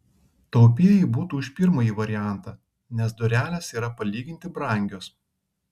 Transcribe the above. taupieji būtų už pirmąjį variantą nes durelės yra palyginti brangios